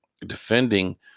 defending